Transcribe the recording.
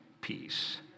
peace